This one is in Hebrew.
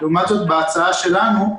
לעומת זה בהצעה שלנו,